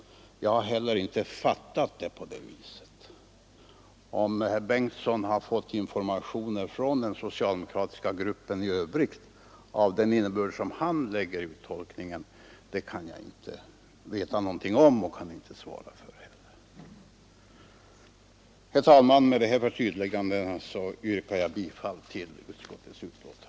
Jag har heller inte fattat det så. Om herr Bengtson har fått informationer från den socialdemokratiska gruppen i övrigt av den innebörd som han lägger i det särskilda yttrandet vet jag inte. Herr talman! Med detta förtydligande yrkar jag bifall till utskottets hemställan.